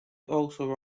also